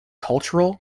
cultural